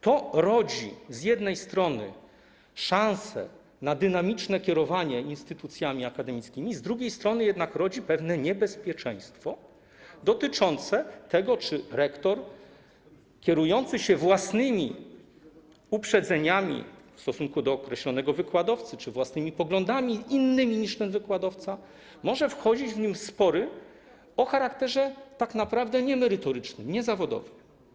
To z jednej strony daje szansę na dynamiczne kierowanie instytucjami akademickimi, z drugiej strony rodzi jednak pewne niebezpieczeństwo dotyczące tego, że rektor kierujący się własnymi uprzedzeniami w stosunku do określonego wykładowcy czy własnymi poglądami - innymi niż ten wykładowca - może wchodzić z nim w spory o charakterze niemerytorycznym, niezawodowym.